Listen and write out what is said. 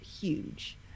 huge